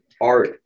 art